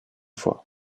fois